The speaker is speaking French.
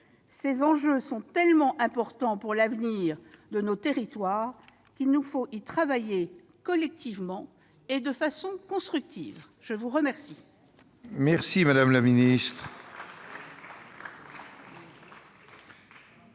Ces enjeux sont tellement importants pour l'avenir de nos territoires qu'il nous faut y travailler collectivement, et de façon constructive ! La parole